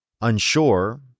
unsure